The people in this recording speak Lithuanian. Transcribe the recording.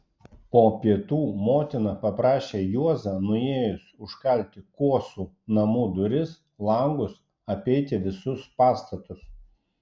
po pietų motina paprašė juozą nuėjus užkalti kuosų namų duris langus apeiti visus pastatus